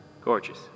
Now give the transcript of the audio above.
Gorgeous